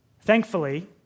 thankfully